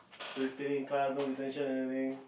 so you stay there in class no detention or anything